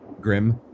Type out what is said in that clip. grim